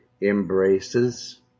embraces